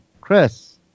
chris